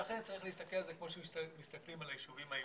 לכן צריך להסתכל על זה כמו שמסתכלים על היישובים היהודיים.